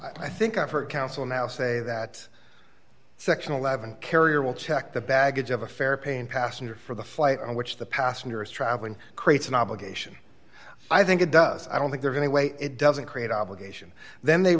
i think i've heard council now say that section eleven carrier will check the baggage of a fare pain passenger for the flight on which the passengers traveling creates an obligation i think it does i don't think there's any way it doesn't create obligation then they